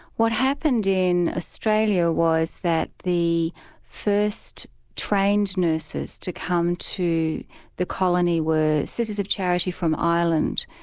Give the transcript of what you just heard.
what happened in australia was that the first trained nurses to come to the colony were sisters of charity from ireland.